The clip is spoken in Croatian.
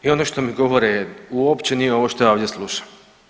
I ono što mi govore uopće nije ovo što ja ovdje slušam.